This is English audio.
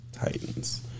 titans